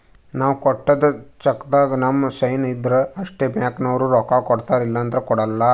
ನಾವ್ ಕೊಟ್ಟಿದ್ದ್ ಚೆಕ್ಕ್ದಾಗ್ ನಮ್ ಸೈನ್ ಇದ್ರ್ ಅಷ್ಟೇ ಬ್ಯಾಂಕ್ದವ್ರು ರೊಕ್ಕಾ ಕೊಡ್ತಾರ ಇಲ್ಲಂದ್ರ ಕೊಡಲ್ಲ